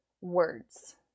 words